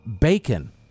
Bacon